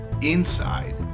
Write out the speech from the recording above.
inside